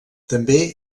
també